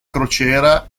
crociera